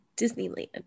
disneyland